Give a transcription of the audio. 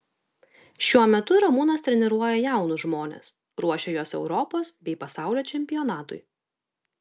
šiuo metu ramūnas treniruoja jaunus žmones ruošia juos europos bei pasaulio čempionatui